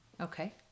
Okay